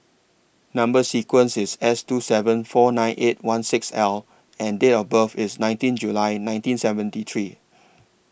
Number sequence IS S two seven four nine eight one six L and Date of birth IS nineteen July nineteen seventy three